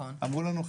אמרו לנו,